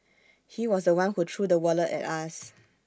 he was The One who threw the wallet at us